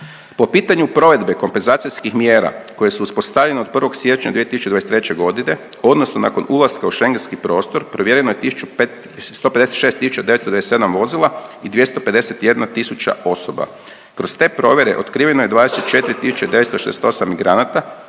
Po pitanju provedbe kompenzacijskih mjera koje su uspostavljene od 1. siječnja 2023. godine odnosno nakon ulaska u Schengenski prostor provjereno je tisuću 5, 156 tisuća 997 vozila i 251 tisuća osoba. Kroz te provjere otkriveno je 24 tisuće 968 migranata